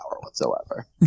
whatsoever